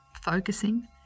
focusing